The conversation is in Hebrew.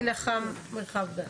קצין אח"מ מרחב דן.